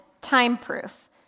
time-proof